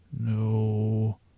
No